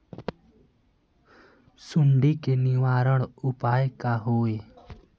सुंडी के निवारण उपाय का होए?